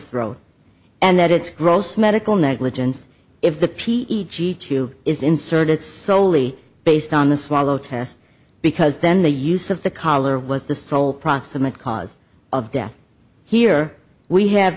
throat and that it's gross medical negligence if the p is inserted soley based on the swallow test because then the use of the collar was the sole proximate cause of death here we have